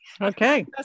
Okay